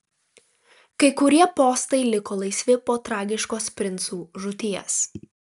kai kurie postai liko laisvi po tragiškos princų žūties